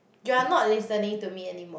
you are not listening to me anymore